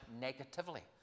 negatively